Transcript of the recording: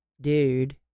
dude